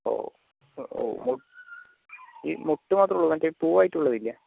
ഓ ഓ ഈ മുട്ട് മാത്രം ഒള്ളു മറ്റെ പൂവ് ആയിട്ട് ഉള്ളത് ഇല്ല